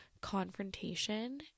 confrontation